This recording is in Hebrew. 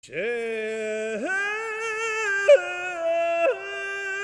ש-הו-הו-הו-הו-הו..